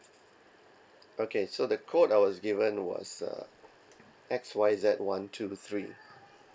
okay so the code I was given was uh X Y Z one two three